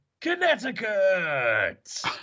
Connecticut